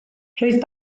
rwyf